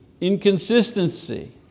inconsistency